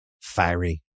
fiery